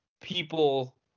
people